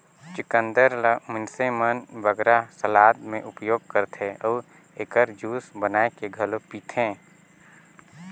चुकंदर ल मइनसे मन बगरा सलाद में उपयोग करथे अउ एकर जूस बनाए के घलो पीथें